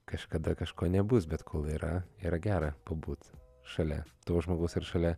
kažkada kažko nebus bet kol yra yra gera pabūt šalia to žmogaus ir šalia